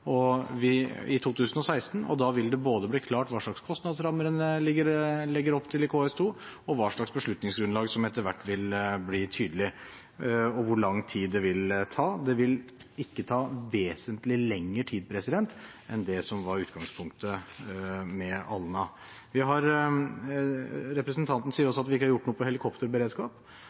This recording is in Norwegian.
i 2016, og da vil det bli klart hva slags kostnadsrammer en legger opp til i KS2, hva slags beslutningsgrunnlag som etter hvert vil bli tydelig, og hvor lang tid det vil ta. Det vil ikke ta vesentlig lengre tid enn det som var utgangspunktet med Alna. Representanten sier også at vi ikke har